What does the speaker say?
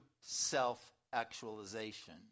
self-actualization